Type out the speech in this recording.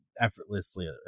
effortlessly